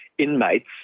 inmates